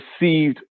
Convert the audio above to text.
received